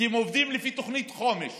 כי הם עובדים לפי תוכנית חומש